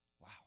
Wow